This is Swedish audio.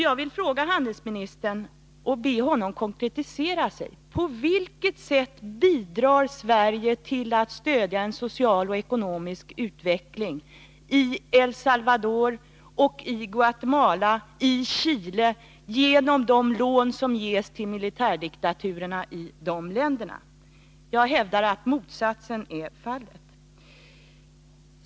Jag vill fråga handelsministern och be honom konkretisera sig: På vilket sätt bidrar Sverige till att stödja en social och ekonomisk utveckling i El Salvador, Guatemala och Chile genom de lån som ges till militärdiktaturerna i de länderna? Jag hävdar att motsatsen är fallet.